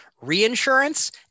reinsurance